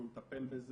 אנחנו נטפל בזה.